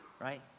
right